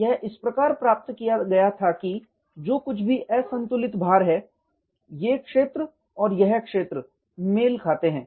यह इस प्रकार प्राप्त किया गया था कि जो कुछ भी असंतुलित भार है ये क्षेत्र और यह क्षेत्र मेल खाते हैं